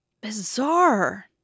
Bizarre